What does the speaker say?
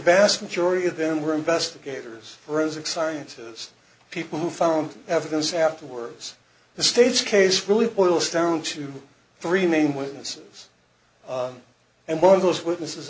vast majority of them were investigators brezik sciences people who found evidence afterwords the state's case really boils down to three main witnesses and one of those witnesses